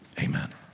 Amen